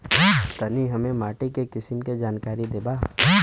तनि हमें माटी के किसीम के जानकारी देबा?